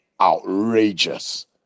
outrageous